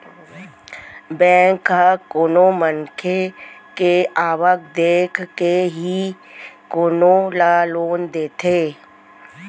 bank ह कोनो मनखे के आवक देखके ही कोनो ल लोन देथे